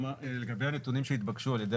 לגבי הנתונים שהתבקשו על ידי